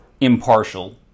impartial